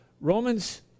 Romans